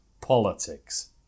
politics